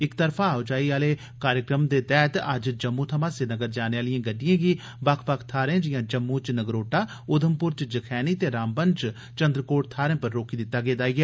इक तरफा आओजाई आह्ले कार्यक्रम दे तैह्त अज्ज जम्मू थमां श्रीनगर जाने आह्ली गड़िड़एं गी बक्ख बक्ख थाहरें जिआं जम्मू च नगरोटा उधमपुर च जखैनी ते रामबन च चंद्रकोट थाहरें पर रोकी दित्ता गेदा ऐ